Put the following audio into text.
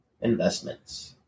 investments